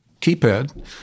keypad